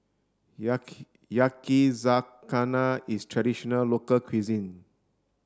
Yakizakana is traditional local cuisine